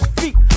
feet